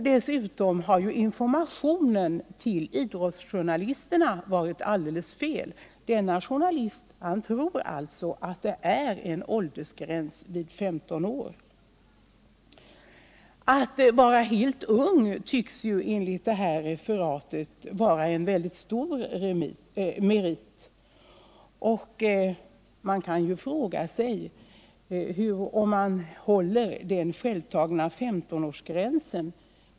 Dessutom har informationen till idrottsjournalisterna varit alldeles fel. Denna journalist tror alltså att det är en åldersgräns vid 15 år. Att vara helt ung tycks enligt detta referat vara en mycket stor merit. Man kan fråga sig om den självtagna 15-årsgränsen hålls.